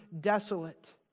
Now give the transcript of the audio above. desolate